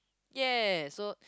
yeah so